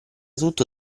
tutto